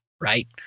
right